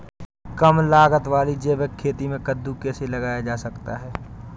कम लागत वाली जैविक खेती में कद्दू कैसे लगाया जा सकता है?